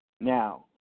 Now